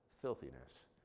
filthiness